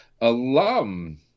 alum